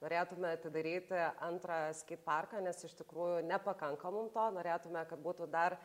norėtume atidaryti antrą skeit parką nes iš tikrųjų nepakanka mum to norėtume kad būtų dar